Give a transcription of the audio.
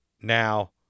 now